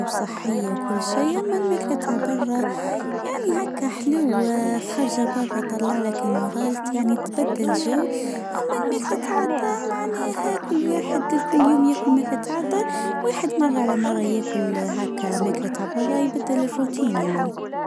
وصحية كلشي اما الملك عبد الله يعني هاكا حلوة يعني تبدل جاي اما الميساقات معناها واحد يعني